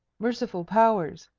merciful powers!